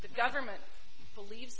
the government believe